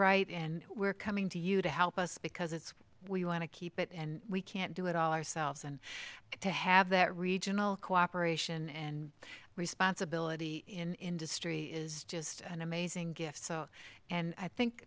right and we're coming to you to help us because it's we want to keep it and we can't do it all ourselves and to have that regional cooperation and responsibility in industry is just an amazing gift so and i think